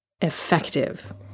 effective